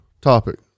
topic